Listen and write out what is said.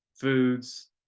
foods